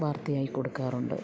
വാർത്തയായി കൊടുക്കാറുണ്ട്